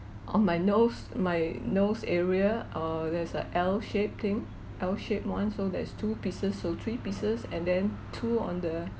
on my nose my nose area err there's a L shape thing L shape [one] so there's two pieces so three pieces and then two on the